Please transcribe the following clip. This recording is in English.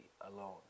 alone